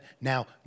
now